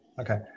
okay